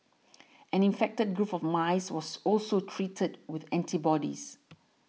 an infected group of mice was also treated with antibodies